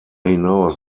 hinaus